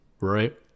Right